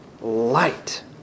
light